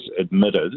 admitted